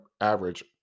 average